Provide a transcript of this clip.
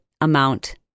amount